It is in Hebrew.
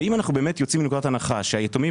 אם אנחנו באמת יוצאים מנקודת הנחה שקונים ליתומים